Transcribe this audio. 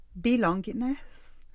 Belongingness